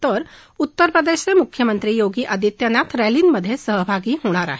तर उत्तर प्रदेशाचे मुख्यमंत्री योगी आदित्यनाथ रॅलींमध्ये सहभागी होणार आहेत